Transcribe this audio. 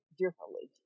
differently